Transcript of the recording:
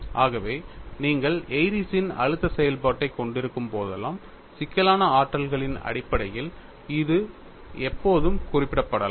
ஆகவே நீங்கள் ஏரிஸ்ன் Airy's அழுத்த செயல்பாட்டைக் கொண்டிருக்கும் போதெல்லாம் சிக்கலான ஆற்றல்களின் அடிப்படையில் இது எப்போதும் குறிப்பிடப்படலாம்